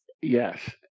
Yes